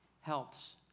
helps